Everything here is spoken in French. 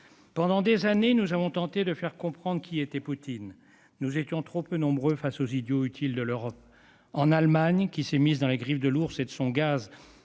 Pendant des années, nous avons tenté de faire comprendre qui était Poutine. Nous étions trop peu nombreux face aux idiots utiles de l'Europe. L'Allemagne s'est mise dans les griffes de l'ours et de son gaz